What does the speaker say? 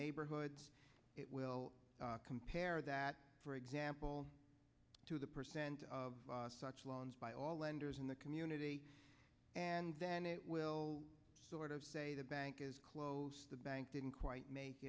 neighborhoods it will compare that for example to the percent of such loans by all lenders in the community and then it will sort of say the bank is close the bank didn't quite make